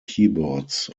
keyboards